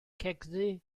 cegddu